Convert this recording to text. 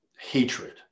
hatred